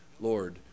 Lord